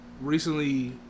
recently